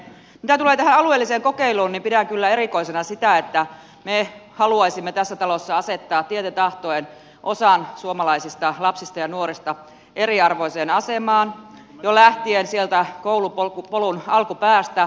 mitä tulee tähän alueelliseen kokeiluun niin pidän kyllä erikoisena sitä että me haluaisimme tässä talossa asettaa tieten tahtoen osan suomalaisista lapsista ja nuorista eriarvoiseen asemaan jo koulupolun alkupäästä lähtien